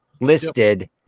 listed